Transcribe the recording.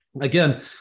Again